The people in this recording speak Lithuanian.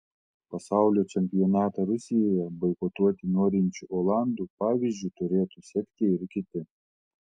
pasaulio čempionatą rusijoje boikotuoti norinčių olandų pavyzdžiu turėtų sekti ir kiti